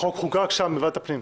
החוק חוקק בוועדת הפנים.